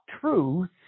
truth